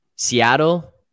Seattle